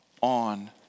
on